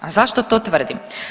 A zašto to tvrdim?